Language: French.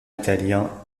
italien